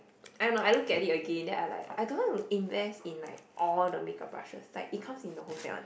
I don't know I look at it again then I like I don't want to invest in like all the make up brushes like it comes in a whole set one